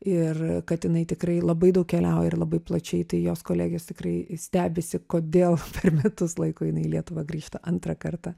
ir kad jinai tikrai labai daug keliauja ir labai plačiai tai jos kolegės tikrai stebisi kodėl per metus laiko jinai į lietuvą grįžta antrą kartą